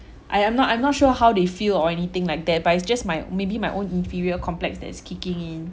I I'm not I'm not sure how they feel or anything like that but it's just my maybe my own inferior complex that is kicking in